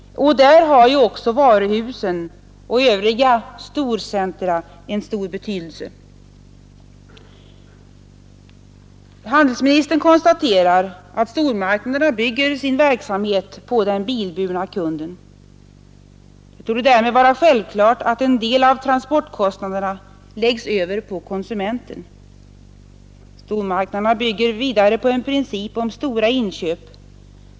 Därvid har också varuhusen och övriga storcentra en stor betydelse. Handelsministern konstaterar att stormarknaderna bygger sin verksamhet på den bilburna kunden. Det torde därmed vara självklart att en del av transportkostnaderna läggs över på konsumenten. Men stormarknaderna bygger också på principen om stora inköp.